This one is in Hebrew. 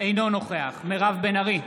אינו נוכח מירב בן ארי,